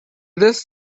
this